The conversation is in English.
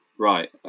Right